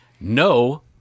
No